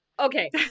okay